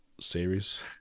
series